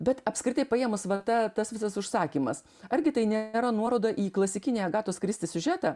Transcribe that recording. bet apskritai paėmus vat ta tas visas užsakymas argi tai nėra nuoroda į klasikinį agatos kristi siužetą